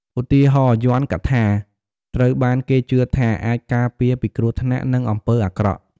ឧទាហរណ៍ យ័ន្តកថា ត្រូវបានគេជឿថាអាចការពារពីគ្រោះថ្នាក់ និងអំពើអាក្រក់។